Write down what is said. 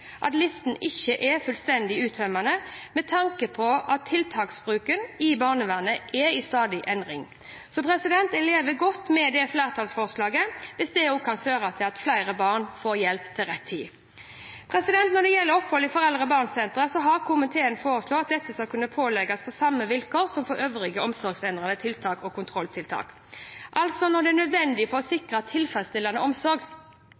at listen ikke er fullstendig uttømmende med tanke på at tiltaksbruken i barnevernet er i stadig endring. Jeg lever godt med det flertallsforslaget hvis det også kan føre til at flere barn får hjelp til rett tid. Når det gjelder opphold i foreldre og barn-sentre, har komiteen foreslått at dette skal kunne pålegges på samme vilkår som for øvrige omsorgsendrende tiltak og kontrolltiltak – altså «Når det er nødvendig for å sikre barnet tilfredsstillende omsorg».